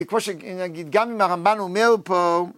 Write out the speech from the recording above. כמו שנגיד, גם אם הרמב"ן אומר פה...